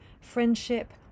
friendship